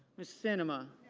miss cinema.